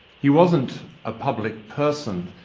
he wasn't a public person.